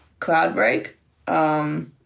Cloudbreak